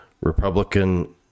Republican